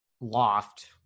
loft